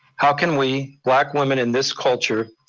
how can we, black women in this culture,